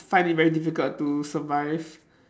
find it very difficult to survive